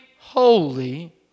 holy